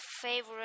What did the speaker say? favorite